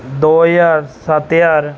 ਦੋ ਹਜ਼ਾਰ ਸੱਤ ਹਜ਼ਾਰ